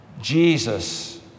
Jesus